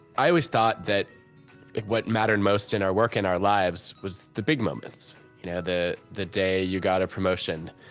i always thought that what mattered most in our work in our lives was the big moments, you know the the day you got a promotion,